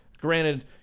Granted